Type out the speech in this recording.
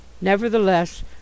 Nevertheless